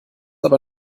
aber